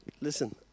listen